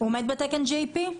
הוא עומד בתקן GAP?